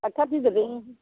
doctor गिदिरजों